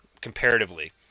comparatively